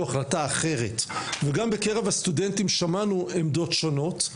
החלטה אחרת וגם בקרב הסטודנטים שמענו עמדות שונות,